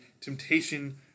temptation